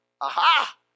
Aha